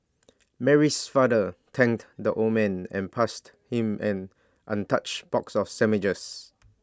Mary's father thanked the old man and passed him an untouched box of sandwiches